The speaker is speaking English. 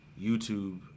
YouTube